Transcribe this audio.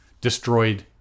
destroyed